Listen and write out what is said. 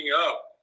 up